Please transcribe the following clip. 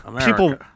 people